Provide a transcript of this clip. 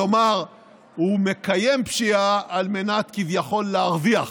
הוא מקיים פשיעה על מנת כביכול להרוויח,